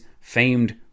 famed